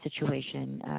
situation